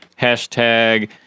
hashtag